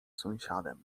sąsiadem